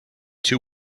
two